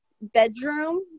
bedroom